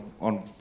on